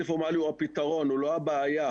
פורמלי הוא הפתרון והוא לא הבעיה,